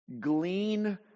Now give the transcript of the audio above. glean